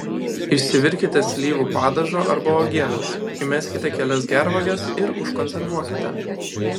išsivirkite slyvų padažo arba uogienės įmeskite kelias gervuoges ir užkonservuokite